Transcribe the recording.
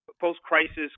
post-crisis